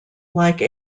like